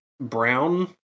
brown